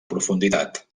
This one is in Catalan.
profunditat